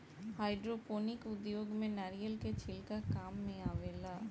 hydroponic उद्योग में नारिलय के छिलका काम मेआवेला